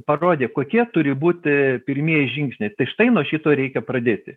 parodė kokie turi būt pirmieji žingsniai tai štai nuo šito ir reikia pradėti